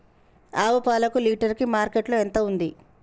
ఆవు పాలకు లీటర్ కి మార్కెట్ లో ఎంత ఉంది?